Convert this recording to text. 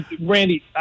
Randy